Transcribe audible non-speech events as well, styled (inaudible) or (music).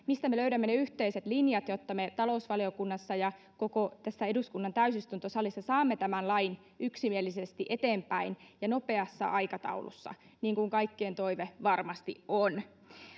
(unintelligible) mistä me löydämme ne yhteiset linjat jotta me talousvaliokunnassa ja koko tässä eduskunnan täysistuntosalissa saamme tämän lain yksimielisesti eteenpäin ja nopeassa aikataulussa niin kuin kaikkien toive varmasti on